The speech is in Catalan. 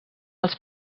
els